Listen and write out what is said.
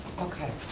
okay,